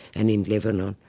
and in lebanon.